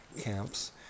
camps